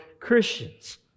Christians